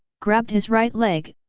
grabbed his right leg,